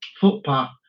footpath